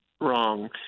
wrong